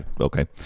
Okay